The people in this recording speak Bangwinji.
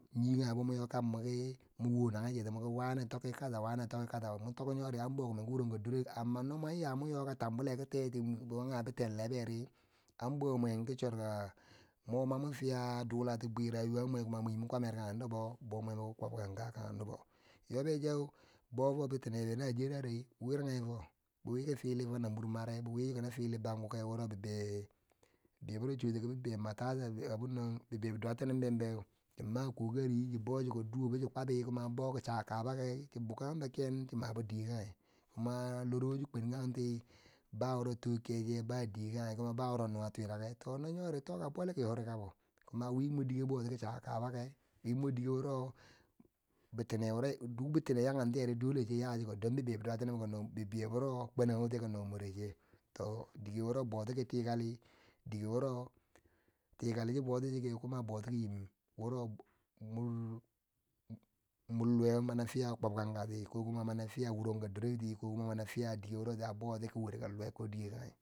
Nye kange bo mwo yo kab mwon ki mon wo nanghe cheti mwoki wame toki gasa wa ne toki gasa, mwan tok nyori an boki menki wuranka dorek, amma, no mwon ya ka tambule ki teti bo kange biten lereri, an bo mwen ki chwarka mwo ma mwan iya dulati bwi rayuwa mwe, mwan nyin kwamer kange nobbo, bo mwembo ki kwakanka kange nobbo, yobbecheu bo fo bitine be nigeria ri wirange fo, bi wiki fili fona mor mare, bi wiki kino fili na bangu, wo bibei, bebei wuro chwutiki matasa ai abin nan bibei bi duwartinim bembeu, chi ma kokari chibour chiko duwechin kwabe, kuma bou ki chaka kabakeu, chi bukambo kiyan chi mabo dike kange, kuma bawuro chi kwin kanti ba wuro to keche ba wuro ma dike kange, kuma ba wuro chi kwin kanti ba wuro to keche ba wuro ma dike kange, kuma ba wuro nuwa twirake, to no nyori toka bole yo ri kabo kabo, kuma wi mor dike bouti ki chaka kabake, wi mor dike wuro bitine wure, dwo bitine yatiyeri che yaken chiko don bibei biduwa timbo kino, bibeiyo wure kwenantiye kino moreche dike wuro bouti ki tikali dike wuro tikali chi boti cheke kumo boti ki nyim wuro mor mor luwe mana fiya kwab kang katiye, kuma mana fiya wuranka duweti ko kuma mam fiye dike wuro tia bo tiki werka luwe ko dike kanga.